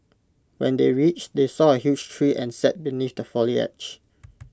when they reached they saw A huge tree and sat beneath the foliage